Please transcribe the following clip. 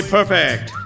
Perfect